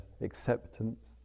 acceptance